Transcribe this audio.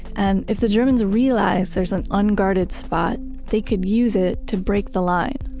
and if the germans realized there's an unguarded spot they could use it to break the line.